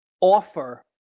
offer